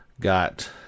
got